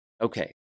Okay